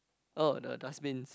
oh the dustbins